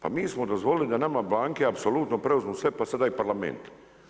Pa mi smo dozvolili da nama banke apsolutno preuzmu sve pa sada i parlament.